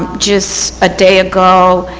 just a day ago,